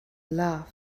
love